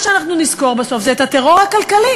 אני עכשיו בונה את החיים שלי מחדש?